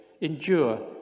endure